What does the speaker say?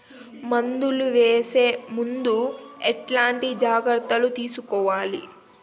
మందులు వేసే ముందు ఎట్లాంటి జాగ్రత్తలు తీసుకోవాలి?